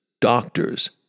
doctors